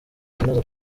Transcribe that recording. kunoza